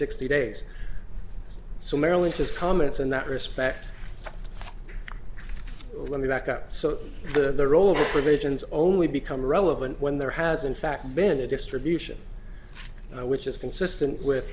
sixty days so maryland has comments in that respect let me back up so the old religions only become relevant when there has in fact been a distribution which is consistent with